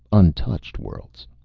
untouched worlds.